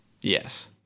Yes